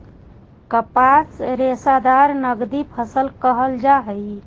कपास रेशादार नगदी फसल कहल जा हई